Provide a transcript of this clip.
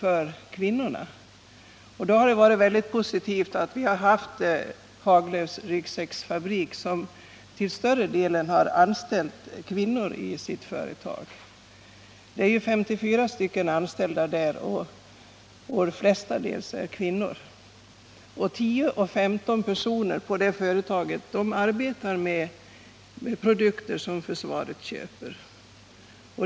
Därför har det varit mycket positivt att vi har haft Haglöfs Ryggsäcksfabrik, som till större delen har anställt kvinnor i sitt företag. Där finns 54 anställda, och de flesta är kvinnor. 10-15 personer på företaget arbetar med produkter som försvaret köper.